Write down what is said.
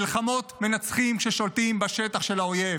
במלחמות מנצחים כששולטים בשטח של האויב.